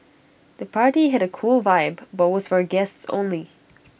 the party had A cool vibe but was for guests only